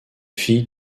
fille